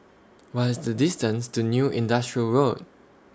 What IS The distance to New Industrial Road